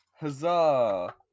Huzzah